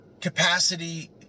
capacity